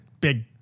big